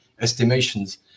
estimations